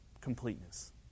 completeness